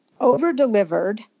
over-delivered